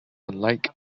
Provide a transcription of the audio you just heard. unlike